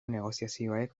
negoziazioek